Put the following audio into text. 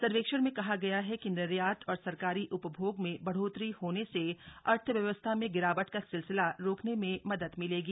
सर्वेक्षण में कहा गया है कि निर्यात और सरकारी उपभोग में बढ़ोतरी होने से अर्थव्यवस्था में गिरावट का सिलसिला रोकने में मदद मिलेगी